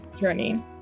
journey